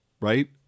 right